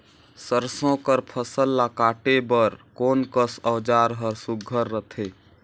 सरसो कर फसल ला काटे बर कोन कस औजार हर सुघ्घर रथे?